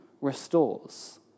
restores